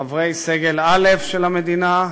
חברי סגל א' של המדינה,